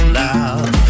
loud